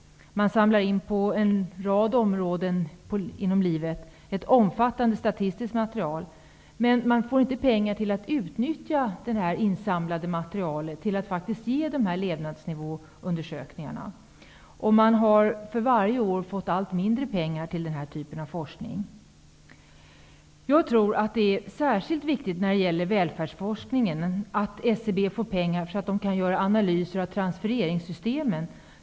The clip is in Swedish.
Man samlar in ett omfattande statistiskt material rörande en rad områden i livet. Men man får inte pengar till att utnyttja det insamlade materialet för levnadsnivåundersökningar. För varje år har man fått allt mindre pengar till denna typ av forskning. Det är särskilt viktigt att SCB får pengar till välfärdsforskning, så att man kan göra analyser av transfereringssystemen.